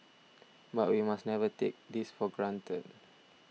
but we must never take this for granted